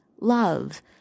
love